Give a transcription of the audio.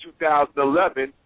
2011